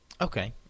Okay